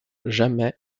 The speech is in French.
jamais